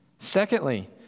Secondly